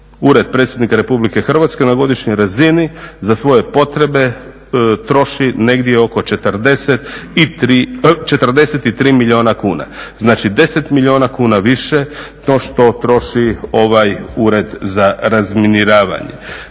ured predsjednika Republike Hrvatske na godišnjoj razini za svoje potrebe troši negdje oko 43 milijuna kuna, znači 10 milijuna kuna više no što troši ovaj Ured za razminiravanje.